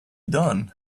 done